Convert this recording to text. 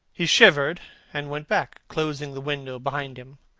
he shivered and went back, closing the window behind him.